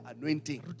anointing